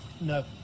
No